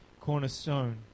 cornerstone